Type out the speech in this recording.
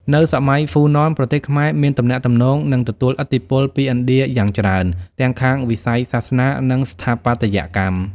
នៅសម័យហ្វូណនប្រទេសខ្មែរមានទំនាក់ទំនង និងទទួលឥទ្ធិពលពីឥណ្ឌាយ៉ាងច្រើនទាំងខាងវិស័យសាសនា និងស្ថាបត្យកម្ម។